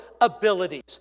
abilities